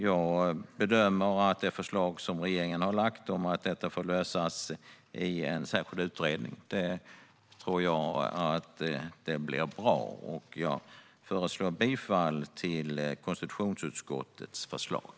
Jag bedömer att det förslag som regeringen har lagt fram om att detta får lösas i en särskild utredning blir bra. Jag yrkar bifall till konstitutionsutskottets förslag.